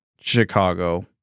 Chicago